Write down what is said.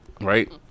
right